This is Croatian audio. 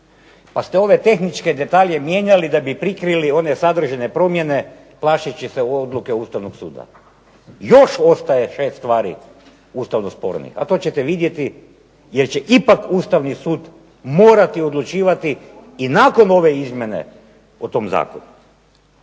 pa ste ove tehničke detalje mijenjali da bi prikrili one sadržajne promjene plašeći se odluke Ustavnog suda. Još ostaje 6 stvari ustavno spornih, a to ćete vidjeti jer će ipak Ustavni sud morati odlučivati i nakon ove izmjene o tom zakonu.